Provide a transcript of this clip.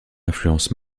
influence